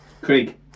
Craig